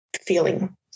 feeling